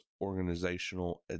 organizational